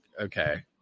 okay